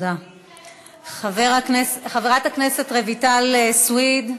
אני חייבת לומר, אז חשוב, חברת הכנסת רויטל סויד.